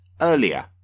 earlier